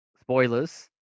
Spoilers